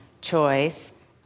Choice